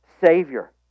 Savior